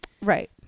Right